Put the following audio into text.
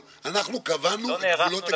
--------- אה, סליחה.